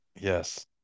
Yes